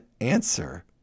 answer